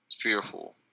fearful